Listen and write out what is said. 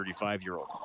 35-year-old